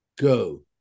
Go